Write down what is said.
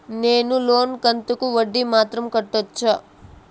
నేను లోను కంతుకు వడ్డీ మాత్రం కట్టొచ్చా?